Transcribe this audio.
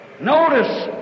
Notice